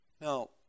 Now